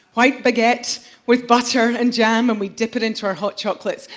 white baguette with butter and jam and we dipped it into our hot chocolates.